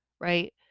right